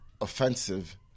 offensive